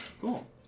Cool